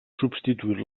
substituir